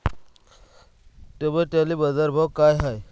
टमाट्याले बाजारभाव काय हाय?